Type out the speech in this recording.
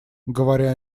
говоря